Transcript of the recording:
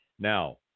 Now